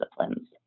disciplines